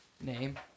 name